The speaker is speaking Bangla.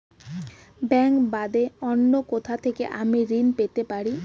ব্যাংক বাদে অন্য কোথা থেকে আমি ঋন পেতে পারি?